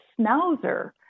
schnauzer